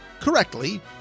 correctly